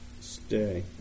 stay